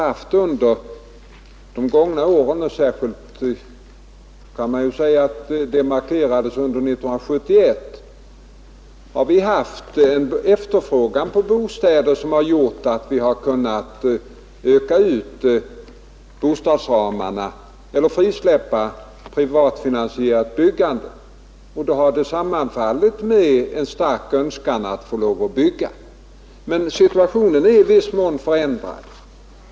Under de gångna åren, särskilt kan man säga att det markerades under 1971, har vi haft en efterfrågan på bostäder som gjort att vi kunnat vidga ramarna för bostadsbyggandet eller frisläppa privatfinansierat byggande. Det har då sammanfallit med en stark önskan att få bygga. Men situationen är i viss mån förändrad.